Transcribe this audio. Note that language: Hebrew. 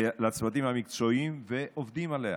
לצוותים המקצועיים העובדים עליה.